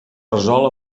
resol